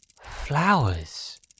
flowers